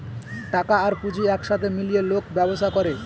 টাকা আর পুঁজি এক সাথে মিলিয়ে লোক ব্যবসা করে